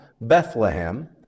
Bethlehem